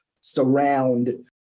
surround